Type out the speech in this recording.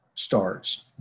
starts